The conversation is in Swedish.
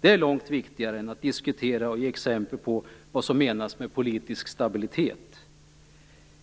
Det är långt viktigare än att diskutera och ge exempel på vad som menas med politisk stabilitet.